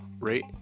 rate